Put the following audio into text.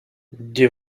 die